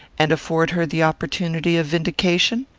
and afford her the opportunity of vindication?